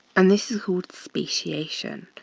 and this is called speciation.